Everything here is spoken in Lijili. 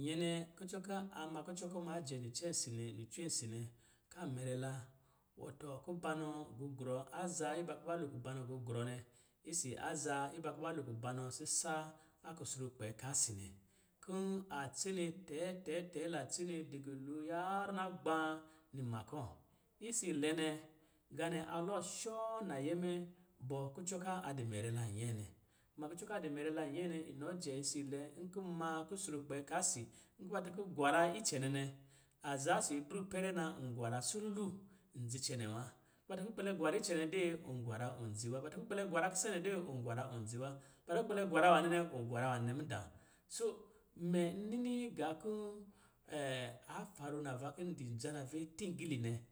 Nyɛ nɛ kucɔ ka ama kucɔ kɔ̄ ma jɛ nicɛsi nɛ, li cwesi nɛ, ka mɛrɛ la wɔtɔ kubanɔ gugrɔ, aza iba kuba lo kubanɔ gugrɔ nɛ, isi aza iba kuba lo kubanɔ sisa a kusrukpɛ ka si nɛ. Kɔ̄ a tsene tɛ tɛ tɛ la tsene dɛgɛ lo yarrɔ nagbā nima kɔ̄. Isa lɛ nɛ, gaanɛ a lɔ shɔɔ nayɛ mɛ bɔ, kucɔ ka a di mɛrɛ la nyɛɛ nɛ. Kuma kucɔ ka a di mɛrɛ la nyɛɛ nɛ inɔ jɛ isa lɛ nkɔ̄ ma kuskrukpɛ ka si, nkɔ̄ ba ta kɔ̄ gwara icɛ nɛ nɛ, aza isi bru ipɛrɛ na, n gwara sululu, n dzi cɛnɛ wa. Nkɔ̄ ba ta kɔ̄ gbɛlɛ gwara icɛnɛ dɛɛ ɔ gwara ɔ dzi wa, ba ta kɔ̄ kpɛlɛ gwara kisenɛ dɛɛ, ɔ gwara ɔ dzi wa, ba ta kɔ̄ kpɛlɛ gwara nwanɛ nɛ, ɔ gwara nwanɛ mudā. Soo, mɛ n nini gā kɔ̄ a faru navaa kɔ̄ n di dzarave tingili nɛ